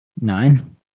Nine